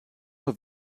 nur